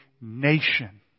nation